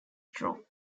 straw